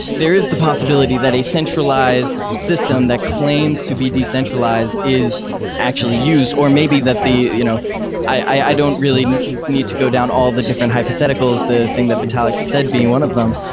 there is the possibility that a centralized system that claims to be decentralized is actually used, or may be that the you know i don't really need to go down all the different hypotheticals, the thing that vitalic said being one of them.